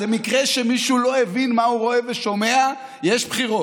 במקרה שמישהו לא הבין מה הוא רואה ושומע: יש בחירות.